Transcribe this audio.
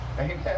Amen